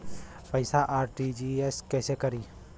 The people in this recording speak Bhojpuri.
पैसा आर.टी.जी.एस कैसे करी?